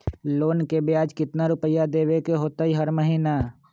Loan के ब्याज कितना रुपैया देबे के होतइ हर महिना?